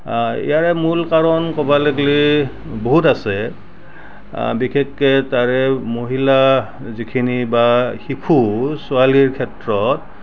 ইয়াৰে মূল কাৰণ ক'বা লেগলি বহুত আছে বিশেষকৈ তাৰে মহিলা যিখিনি বা শিশু ছোৱালীৰ ক্ষেত্ৰত